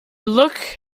look